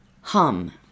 hum